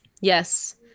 yes